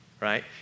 right